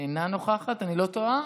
אינה נוכחת, אני לא טועה?